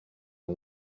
are